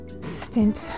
stint